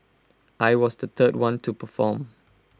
I was the third one to perform